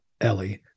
Ellie